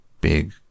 big